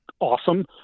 Awesome